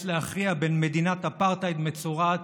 להכריע בין מדינת אפרטהייד מצורעת,